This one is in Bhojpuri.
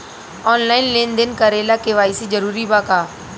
आनलाइन लेन देन करे ला के.वाइ.सी जरूरी बा का?